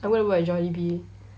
I'm gonna work at Jollibee